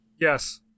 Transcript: yes